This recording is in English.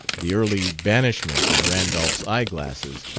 the early banishment of randolph's eyeglasses,